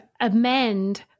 amend